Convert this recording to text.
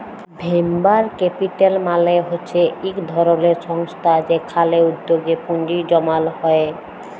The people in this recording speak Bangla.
ভেঞ্চার ক্যাপিটাল মালে হচ্যে ইক ধরলের সংস্থা যেখালে উদ্যগে পুঁজি জমাল হ্যয়ে